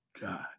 God